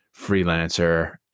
freelancer